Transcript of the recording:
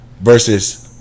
versus